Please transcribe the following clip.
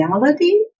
reality